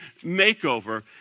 makeover